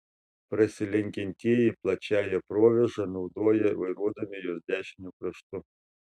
prasilenkiantieji plačiąją provėžą naudoja vairuodami jos dešiniu kraštu